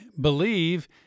believe